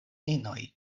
inoj